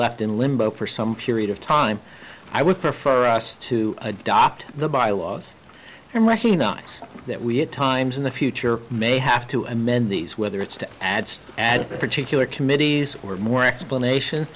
left in limbo for some period of time i would prefer us to adopt the bylaws and recognize that we at times in the future may have to amend these whether it's to add at the particular committees or more explanation